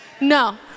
No